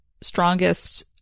strongest